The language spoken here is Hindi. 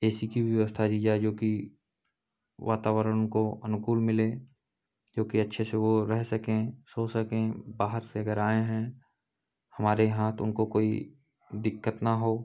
ए सी की व्यवस्था दी जाए जोकि वातावरण को अनुकूल मिले जोकि अच्छे से वह रह सकें सो सकें बाहर से अगर आए हैं हमारे यहाँ तो उनको कोई दिक्कत न हो